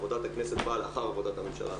עבודת הכנסת באה לאחר עבודת הממשלה.